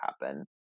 happen